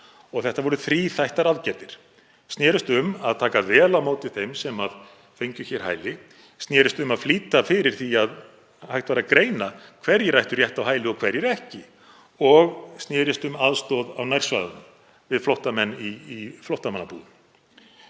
Þetta voru þríþættar aðgerðir, snerust um að taka vel á móti þeim sem fengju hér hæli, snerist um að flýta fyrir því að hægt væri að greina hverjir ættu rétt á hæli og hverjir ekki, og snerist um aðstoð á nærsvæðunum við flóttamenn í flóttamannabúðum.